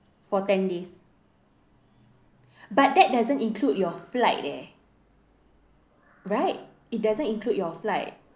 for ten days but that doesn't include your flight leh right it doesn't include your flight